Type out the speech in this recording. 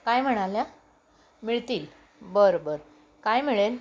काय म्हणाल्या मिळतील बरं बरं काय मिळेल